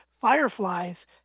fireflies